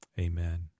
Amen